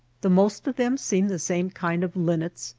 the most of them seem the same kind of linnets,